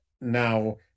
Now